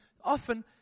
often